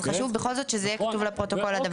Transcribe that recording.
אז חשוב בכל זאת שזה יהיה כתוב לפרוטוקול הדבר הזה.